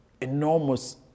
enormous